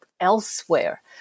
Elsewhere